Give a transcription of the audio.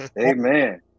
Amen